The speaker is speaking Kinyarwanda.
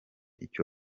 icyo